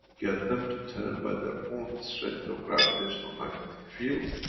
get them to turn by their own strength of gravitational-magnetic field.